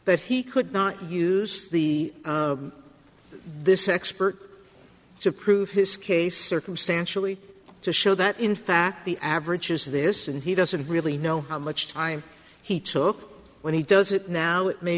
that he could not use the this expert to prove his case circumstantially to show that in fact the average is this and he doesn't really know how much time he took when he does it now it may